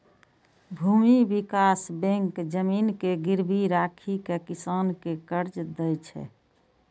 भूमि विकास बैंक जमीन के गिरवी राखि कें किसान कें कर्ज दै छै